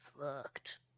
fucked